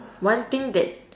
one thing that